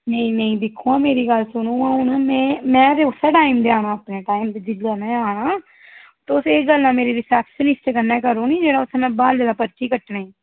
नेईं नेईं दिक्खोआं मेरी गल्ल सुनो आं हून में में ते उस्सै टाईम दे आना अपने टाईम दी जिसलै में आना तुस एह् गल्लां मेरे रिसेप्शनिस्ट कन्नै करो निं जेह्ड़ा उत्थै में ब्हालै दा पर्ची कट्टने ई